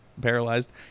paralyzed